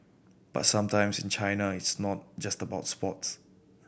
but sometimes in China it's not just about sports